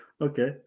okay